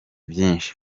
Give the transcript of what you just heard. byinshi